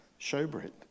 showbread